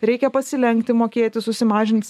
reikia pasilenkti mokėti susimažint